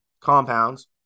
compounds